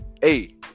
hey